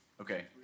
Okay